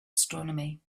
astronomy